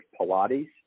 Pilates